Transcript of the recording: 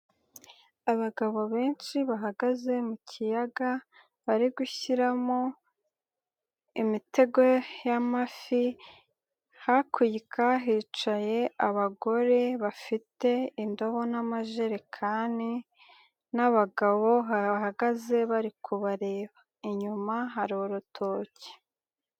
Abagabo benshi bahagaze mu kiyaga, bari gushyiramo imitego y'amafi, hakurya hicaye abagore bafite indobo n'amajerekani n'abagabo bahagaze bari kubareba, inyuma hari urutoki.